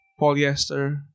polyester